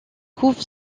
couve